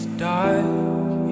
dark